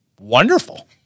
wonderful